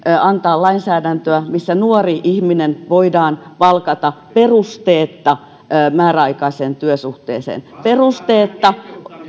antaa lainsäädäntöä missä nuori ihminen voidaan palkata perusteetta määräaikaiseen työsuhteeseen perusteetta